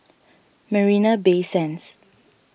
Marina Bay Sands